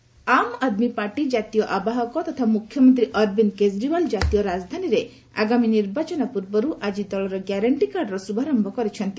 app guarantee card Aam Aadmi Party ଜାତୀୟ ଆବାହକ ତଥା ମ୍ରଖ୍ୟମନ୍ତ୍ରୀ ଅରବିନ୍ଦ୍ କେଜରିଓ୍ବାଲ ଜାତୀୟ ରାଜଧାନୀରେ ଆଗାମୀ ନିର୍ବାଚନ ପୂର୍ବରୁ ଆଜି ଦଳର ଗ୍ୟାରେଷ୍ଟି କାର୍ଡର ଶୁଭାରମ୍ଭ କରିଛନ୍ତି